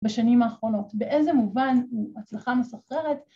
‫בשנים האחרונות. ‫באיזה מובן הצלחה מסחררת?